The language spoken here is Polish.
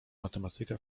matematyka